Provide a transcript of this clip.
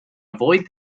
avoid